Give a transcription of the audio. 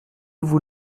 vous